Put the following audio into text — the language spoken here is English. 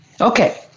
Okay